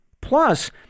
Plus